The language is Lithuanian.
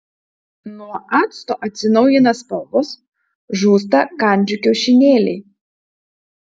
nuo acto atsinaujina spalvos žūsta kandžių kiaušinėliai